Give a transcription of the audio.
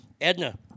Edna